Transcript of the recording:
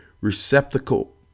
receptacle